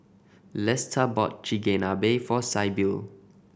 Lesta bought Chigenabe for Sybil